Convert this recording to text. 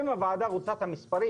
אם הוועדה רוצה את המספרים,